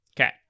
Okay